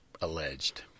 alleged